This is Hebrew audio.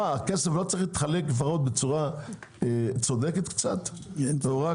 מה, הכסף לא צריך להתחלק בצורה קצת צודקת?